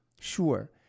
Sure